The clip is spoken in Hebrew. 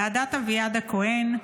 ועדת אביעד הכהן,